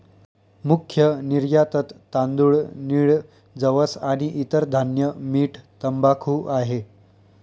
मुख्य निर्यातत तांदूळ, नीळ, जवस आणि इतर धान्य, मीठ, तंबाखू आहे